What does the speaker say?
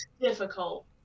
difficult